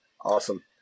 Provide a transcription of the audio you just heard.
awesome